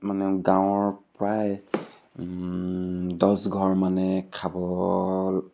মানে গাঁৱৰ প্ৰায় দছঘৰ মানে খাব